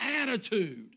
attitude